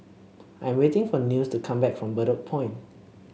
I'm waiting for Nils to come back from Bedok Point